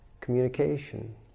communication